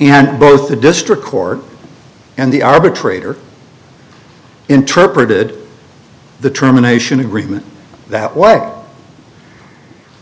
and both the district court and the arbitrator interpreted the terminations agreement that what